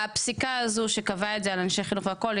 הפסיקה הזו שקבעה את זה על אנשי חינוך והכול,